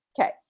Okay